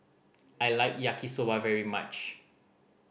I like Yaki Soba very much